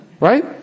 Right